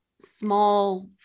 small